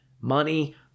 Money